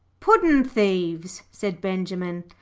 puddin'-thieves, said benjimen.